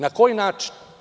Na koji način?